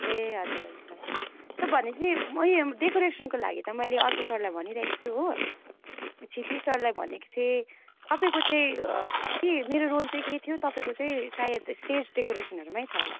ए हजुर हजुर sir sir भनेपछि म यो डेकोरेसनको लागि त मैले अर्को सरलाई भनिराखेको छु हो क्षितिज सरलाई भनेको थिएँ तपाईँको चाहिँ के मेरो रोल चाहिँ के थियो तपाईँको चाहिँ सायद स्टेज डेकोरेसनहरूमै छ होला